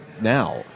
now